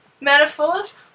Metaphors